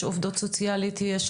יש עובדות סוציאליות ועובדים סוציאליים,